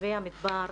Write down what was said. נווה מדבר,